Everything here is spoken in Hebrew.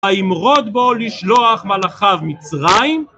הימרוד בו לשלוח מלאכיו מצרים?